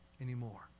anymore